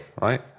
right